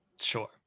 Sure